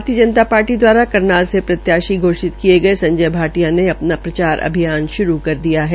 भारतीय जनता पार्टी दवारा करनाल से प्रत्याशी घोषित किये गये संजय भाटिया ने अपना प्रचार अभियान शुरू कर दिया है